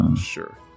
Sure